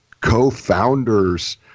co-founders